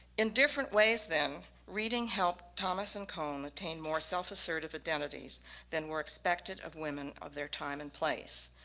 in different ways then reading helped thomas and cohen obtain more self-assertive identities than were expected of women of their time and place.